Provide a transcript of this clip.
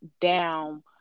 down